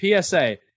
PSA